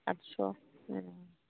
आतस'